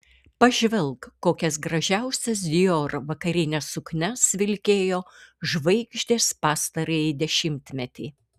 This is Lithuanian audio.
pažvelk kokias gražiausias dior vakarines suknias vilkėjo žvaigždės pastarąjį dešimtmetį